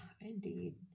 Indeed